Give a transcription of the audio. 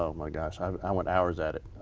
ah my gosh. i went hours at it.